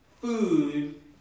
food